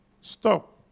Stop